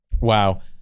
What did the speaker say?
Wow